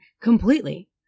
completely